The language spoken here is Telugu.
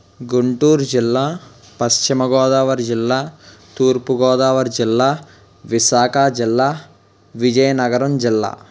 గుంటూరు జిల్లా పశ్చిమగోదావరి జిల్లా తూర్పుగోదావరి జిల్లా విశాఖా జిల్లా విజయనగరం జిల్లా